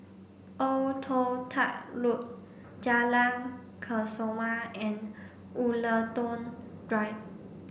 Old Toh Tuck Road Jalan Kesoma and Woollerton Drive